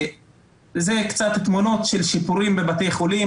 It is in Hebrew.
אלה קצת תמונות של שיפורים בבתי החולים,